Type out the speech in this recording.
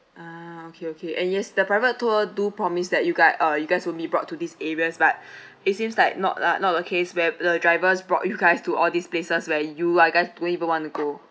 ah okay okay and yes the private tour do promised that you guy uh you guys won't be brought to these areas but it seems like not lah not the case where the drivers brought you guys to all these places where you uh guys really don't want to go